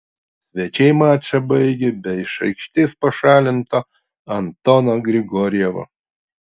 svečiai mačą baigė be iš aikštės pašalinto antono grigorjevo